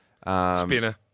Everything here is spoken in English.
Spinner